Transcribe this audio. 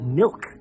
milk